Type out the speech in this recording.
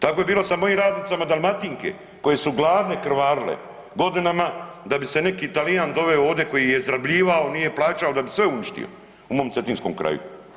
Tako je bilo sa mojim radnicama Dalmatinke koje su gladne krvarile godinama da bi se neki Talijan doveo ovde koji ih je izrabljivao, nije plaćao, da bi sve uništio u mom cetinskom kraju.